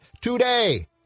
today